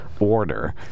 Order